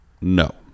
No